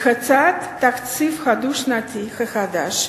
בהצעת התקציב הדו-שנתי החדש,